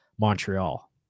Montreal